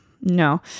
no